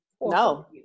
No